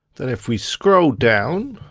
and if we scroll down,